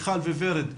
ורד ומיכל,